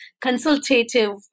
consultative